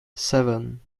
seven